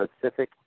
Pacific